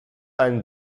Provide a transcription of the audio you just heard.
ein